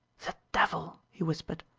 devil! he whispered.